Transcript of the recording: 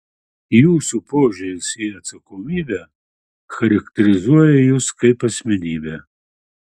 jūsų požiūris į atsakomybę charakterizuoja jus kaip asmenybę